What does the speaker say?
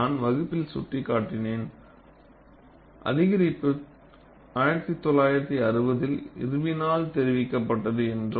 நான் வகுப்பில் சுட்டிக்காட்டினேன் அதிகரிப்பு 1960 இல் இர்வினால் தெரிவிக்கப்பட்டது என்று